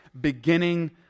beginning